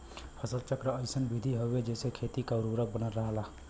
फसल चक्र अइसन विधि हउवे जेसे खेती क उर्वरक बनल रहला